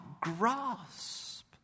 grasp